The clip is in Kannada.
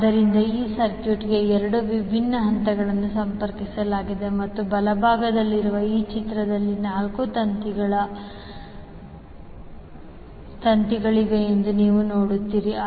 ಆದ್ದರಿಂದ ಈ ಸರ್ಕ್ಯೂಟ್ಗೆ 2 ವಿಭಿನ್ನ ಹಂತಗಳನ್ನು ಸಂಪರ್ಕಿಸಲಾಗಿದೆ ಮತ್ತು ಬಲಭಾಗದಲ್ಲಿರುವ ಈ ಚಿತ್ರದಲ್ಲಿ 4 ತಂತಿಗಳಿವೆ ಎಂದು ನೀವು ನೋಡುತ್ತೀರಿ